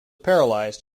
paralysed